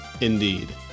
Indeed